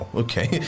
okay